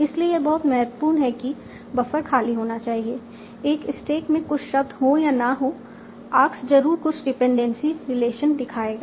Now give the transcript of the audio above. इसलिए यह बहुत महत्वपूर्ण है कि बफर खाली होना चाहिए एक स्टैक में कुछ शब्द हो या ना हो आर्क्स जरूर कुछ डिपेंडेंसी रिलेशन दिखाएंगे